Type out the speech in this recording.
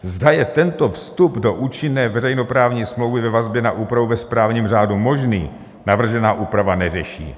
Zda je tento vstup do účinné veřejnoprávní smlouvy ve vazbě na úpravu ve správním řádu možný, navržená úprava neřeší.